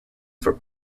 for